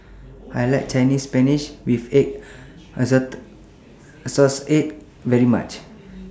I like Chinese Spinach with Egg assort assorts Eggs very much